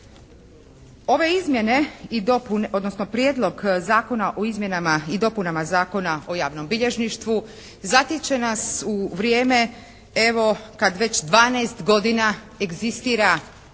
odnosno Prijedlog zakona o izmjenama i dopunama Zakona o javnom bilježništvu zatiče nas u vrijeme evo kad već 12 godina egzistira Zakon